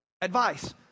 advice